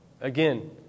Again